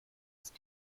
ist